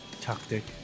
tactic